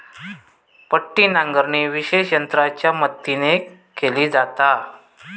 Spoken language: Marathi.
पट्टी नांगरणी विशेष यंत्रांच्या मदतीन केली जाता